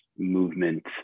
movement